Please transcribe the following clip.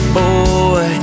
boy